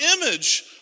image